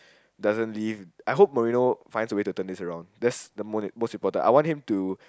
doesn't leave I hope Mourinho finds a way to turn this around that's the the most important I want him to